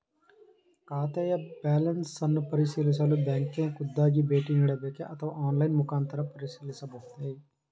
ಖಾತೆಯ ಬ್ಯಾಲೆನ್ಸ್ ಅನ್ನು ಪರಿಶೀಲಿಸಲು ಬ್ಯಾಂಕಿಗೆ ಖುದ್ದಾಗಿ ಭೇಟಿ ನೀಡಬೇಕೆ ಅಥವಾ ಆನ್ಲೈನ್ ಮುಖಾಂತರ ಪರಿಶೀಲಿಸಬಹುದೇ?